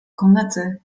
komety